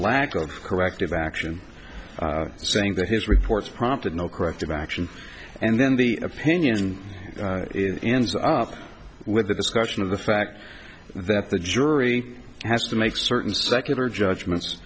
lack of corrective action saying that his reports prompted no corrective action and then the opinion ends up with a discussion of the fact that the jury has to make certain secular judgments